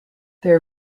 their